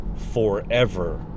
Forever